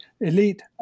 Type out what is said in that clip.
elite